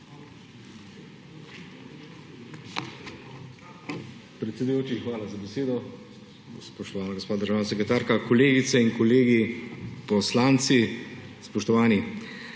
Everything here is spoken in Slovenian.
Hvala za besedo,